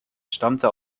stammte